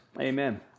amen